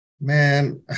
man